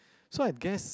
so I guess